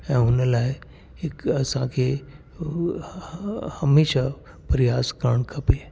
ऐं हुन लाइ हिक असांखे हूअ हमेशह प्रयास करणु खपे